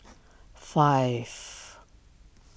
five